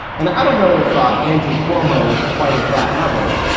and i don't know if ah andrew cuomo is quite at that level.